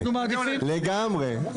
לגמרי.